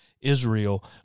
Israel